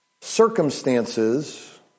circumstances